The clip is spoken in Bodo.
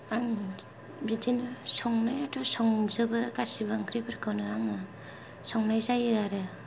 आं बिदिनो संनायाथ' संजोबो गासैबो ओंख्रिफोरखौनो आङो संनाय जायो आरो